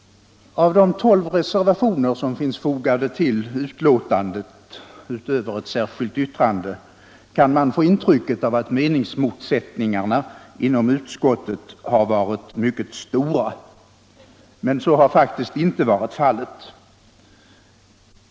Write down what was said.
Av de tolv reservationer som finns fogade till betänkandet utöver ett särskilt yttrande kan man få intrycket att meningsmotsättningarna inom utskottet har varit mycket stora, men så har faktiskt inte varit fallet.